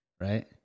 Right